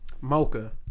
Mocha